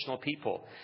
people